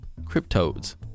cryptodes